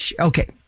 Okay